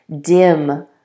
dim